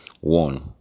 One